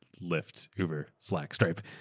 lyft, uber, slack, stripe,